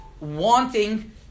wanting